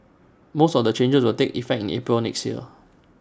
most of the changes will take effect in April next year